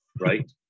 right